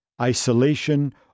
Isolation